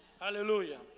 Hallelujah